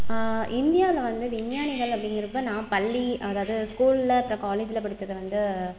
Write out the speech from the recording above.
இந்தியாவில வந்து விஞ்ஞானிகள் அப்படிங்குறப்ப நான் பள்ளி அதாவது ஸ்கூலில் அப்புறம் காலேஜில் படிச்சது வந்து